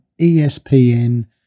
ESPN